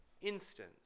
instance